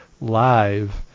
live